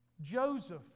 Joseph